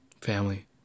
family